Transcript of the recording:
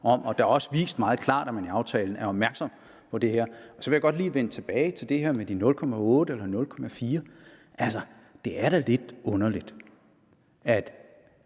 Og det er også vist meget klart i aftalen, at man er opmærksom på det her. Så vil jeg godt lige vende tilbage til det her med de 0,8 pct. og 0,4 pct. Altså, det er da lidt underligt, at